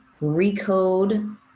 recode